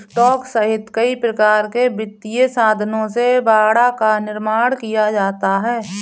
stock सहित कई प्रकार के वित्तीय साधनों से बाड़ा का निर्माण किया जा सकता है